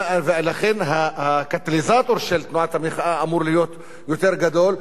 ולכן הקטליזטור של תנועת המחאה אמור להיות יותר גדול.